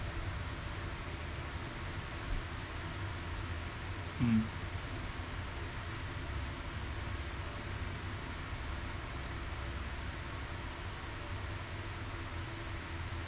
mm